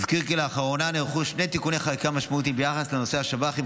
אזכיר כי לאחרונה נערכו שני תיקוני חקיקה משמעותיים ביחס לנושא השב"חים,